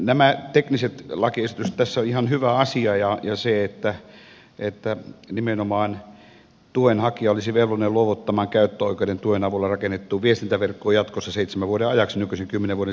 nämä tekniset lakiesitykset tässä ovat ihan hyvä asia ja se että nimenomaan tuen hakija olisi velvollinen luovuttamaan käyttöoikeuden tuen avulla rakennettuun viestintäverkkoon jatkossa seitsemän vuoden ajaksi nykyisen kymmenen vuoden sijasta